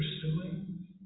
pursuing